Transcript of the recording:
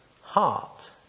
heart